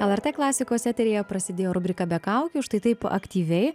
lrt klasikos eteryje prasidėjo rubrika be kaukių štai taip aktyviai